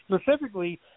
specifically